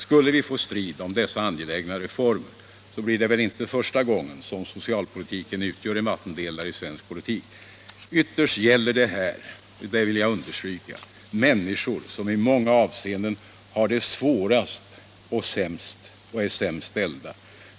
Skulle vi få strid om dessa angelägna reformer, så blir det inte första gången som socialpolitiken utgör en vattendelare i svensk politik. Ytterst gäller det här människor som i många avseenden har det svårast och är sämst ställda.